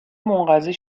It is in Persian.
منقضی